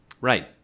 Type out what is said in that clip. Right